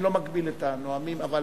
אני לא מגביל את הנואמים, אבל